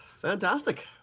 Fantastic